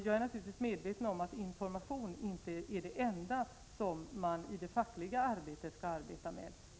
Jag är naturligtvis medveten om att information inte är det enda som man i det fackliga arbetet skall arbeta med.